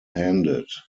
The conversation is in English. handed